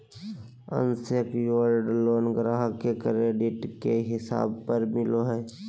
unsecured loan ग्राहक के credit के हिसाब पर मिलो हय